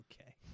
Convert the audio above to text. Okay